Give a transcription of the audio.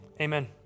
Amen